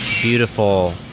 beautiful